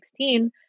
2016